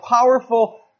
powerful